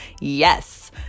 Yes